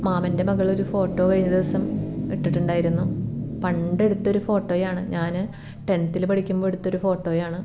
മാമന്റെ മകൾ ഒരു ഫോട്ടോ കഴിഞ്ഞ ദിവസം ഇട്ടിട്ടുണ്ടായിരുന്നു പണ്ട് എടുത്തൊരു ഫോട്ടോ ആണ് ഞാൻ ടെന്ത്തിൽ പഠിക്കുമ്പോൾ എടുത്തൊരു ഫോട്ടോ ആണ്